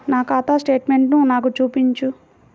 నా ఖాతా స్టేట్మెంట్ను నాకు చూపించు